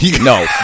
No